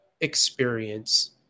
experience